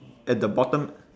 at the bottom